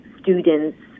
students